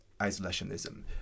isolationism